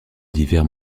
divers